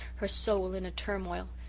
her soul in a turmoil.